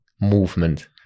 movement